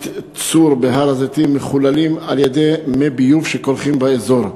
"צור" בהר-הזיתים מחוללים על-ידי מי ביוב שקולחים באזור.